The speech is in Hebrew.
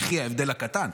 יחי ההבדל הקטן.